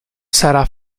sarà